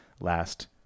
last